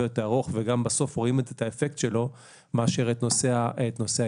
יותר ארוך וגם רואים את האפקט שלו מאשר את נושא העישון.